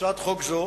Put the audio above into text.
בהצעת חוק זו.